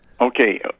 Okay